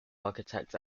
architect